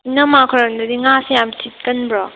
ꯏꯅꯝꯃꯈꯣꯏꯔꯣꯝꯗꯗꯤ ꯉꯥꯁꯦ ꯌꯥꯝ ꯁꯤꯠꯀꯟꯕ꯭ꯔꯣ